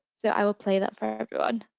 so i will play that for everyone.